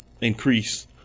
increase